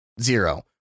zero